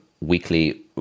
weekly